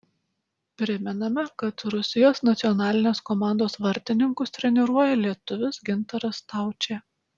primename kad rusijos nacionalinės komandos vartininkus treniruoja lietuvis gintaras staučė